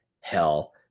hell